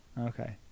Okay